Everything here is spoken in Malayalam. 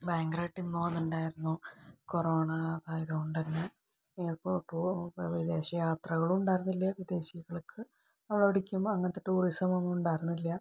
ഭയങ്കരമായിട്ട് ഉണ്ടായിരുന്നു കൊറോണ ആയതു കൊണ്ട് തന്നെ എയർപോർട്ടോ വിദേശയാത്രകളും ഉണ്ടായിരുന്നില്ല വിദേശികൾക്ക് അങ്ങനത്തെ ടൂറിസവും ഒന്നും ഉണ്ടായിരുന്നില്ല